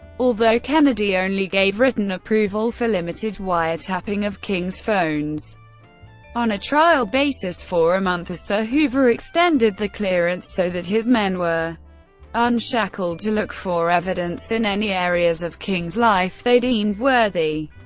although kennedy only gave written approval for limited wiretapping of king's phones on a trial basis, for a month or so, hoover extended the clearance so that his men were unshackled to look for evidence in any areas of king's life they deemed worthy.